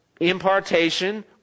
impartation